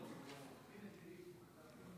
התשפ"ב 2022, התקבל.